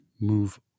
move